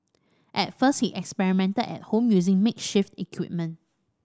at first he experimented at home using makeshift equipment